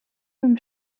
from